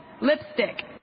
Lipstick